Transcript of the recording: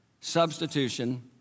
substitution